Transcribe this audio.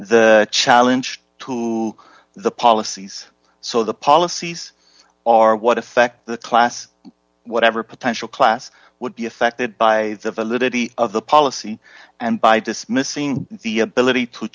the challenge to the policies so the policies are what effect the class whatever potential class would be affected by the validity of the policy and by dismissing the ability to